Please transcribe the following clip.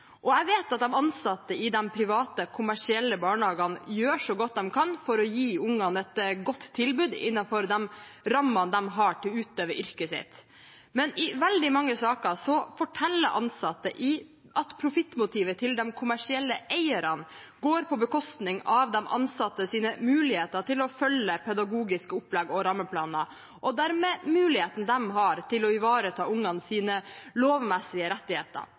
Jeg vet at de ansatte i de private kommersielle barnehagene gjør så godt de kan for å gi ungene et godt tilbud innenfor de rammene de har for å utøve yrket sitt, men i veldig mange saker forteller ansatte at de kommersielle eiernes profittmotiv går på bekostning av de ansattes muligheter til å følge pedagogiske opplegg og rammeplaner og dermed også på bekostning av mulighetene de har til å ivareta ungenes lovmessige rettigheter